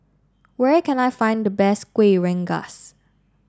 where can I find the best Kueh Rengas